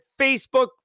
Facebook